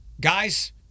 guys